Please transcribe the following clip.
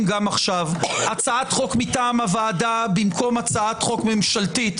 גם עכשיו: הצעת חוק מטעם הוועדה במקום הצעת חוק ממשלתית,